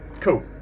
Cool